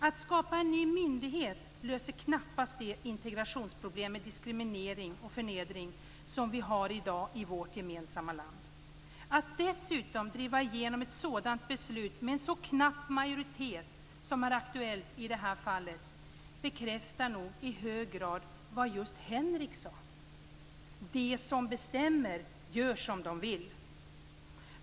Att skapa en ny myndighet löser knappast de integrationsproblem med diskriminering och förnedring som vi har i dag i vårt gemensamma land. Att dessutom driva igenom ett sådant beslut med en sådan knapp majoritet som är aktuell i det här fallet bekräftar nog i hög grad vad Henrik sade om att de som bestämmer gör som de vill.